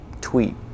tweet